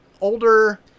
older